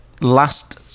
last